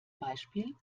beispiel